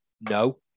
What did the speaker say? no